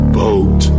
boat